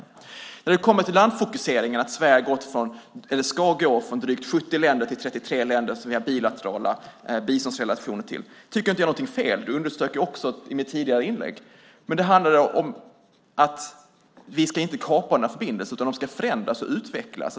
Jag tycker inte att det är fel med landfokuseringen och att Sverige ska gå från att ha bilaterala biståndsrelationer med 70 länder till att ha det med 33 länder. Det underströk jag också i mitt tidigare inlägg. Men det handlade inte om att vi ska kapa några förbindelser, utan de ska förändras och utvecklas.